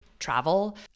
Travel